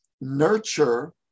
nurture